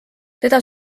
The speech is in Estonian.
teda